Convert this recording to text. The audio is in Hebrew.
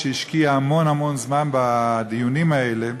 שהשקיע המון המון זמן בדיונים האלה,